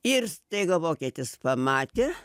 ir staiga vokietis pamatė